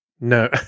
no